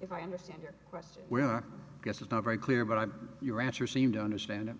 if i understand your question well i guess it's not very clear but i'm your answer seem to understand what